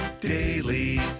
daily